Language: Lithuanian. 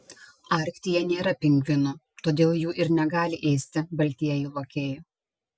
arktyje nėra pingvinų todėl jų ir negali ėsti baltieji lokiai